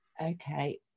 Okay